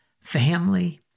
family